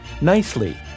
Nicely